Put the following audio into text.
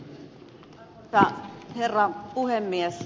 arvoisa herra puhemies